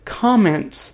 comments